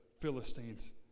Philistines